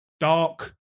Dark